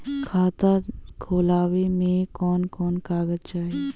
खाता खोलवावे में कवन कवन कागज चाही?